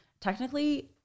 technically –